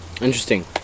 Interesting